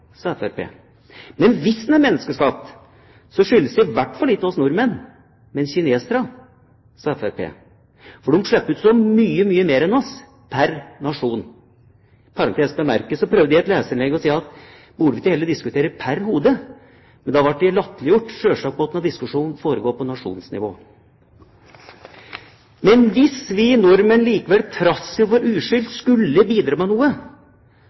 skyldes den i hvert fall ikke oss nordmenn, men kineserne, sa Fremskrittspartiet, for de slipper ut så mye mer enn oss, pr. nasjon. I parentes bemerket prøvde jeg å si i et leserinnlegg: Burde vi ikke heller diskutere pr. hode? Men da ble jeg latterliggjort. Selvsagt måtte denne diskusjonen foregå på nasjonsnivå! Men hvis vi nordmenn, trass i vår uskyld, likevel skulle bidra med noe,